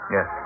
Yes